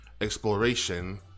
exploration